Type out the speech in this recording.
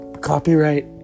Copyright